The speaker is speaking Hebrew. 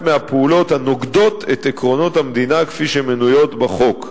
מהפעולות הנוגדות את עקרונות המדינה כפי שהן מנויות בחוק.